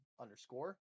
underscore